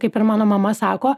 kaip ir mano mama sako